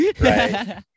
Right